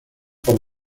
por